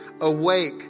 Awake